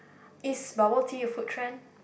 is bubble tea a food trend